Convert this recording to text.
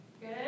good